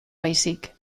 baizik